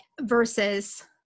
Versus